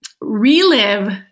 relive